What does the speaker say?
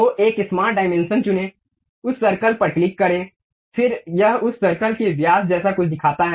तो एक smart dimension चुनें उस सर्कल पर क्लिक करें फिर यह उस सर्कल के व्यास जैसा कुछ दिखता है